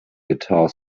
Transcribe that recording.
guitar